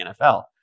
NFL